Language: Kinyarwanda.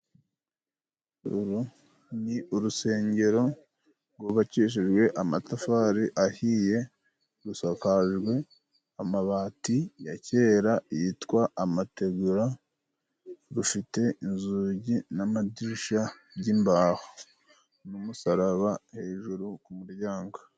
Uru ni urusengero rwubakishijwe amatafari ahiye, rusakajwe amabati ya kera yitwa amategura. Rufite inzugi n'amadirisha by'imbaho n'umusaraba hejuru ku muryango.